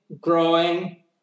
growing